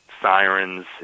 sirens